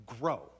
grow